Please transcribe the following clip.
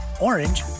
orange